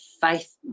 faith